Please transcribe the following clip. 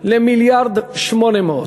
ל-1.8 מיליארד.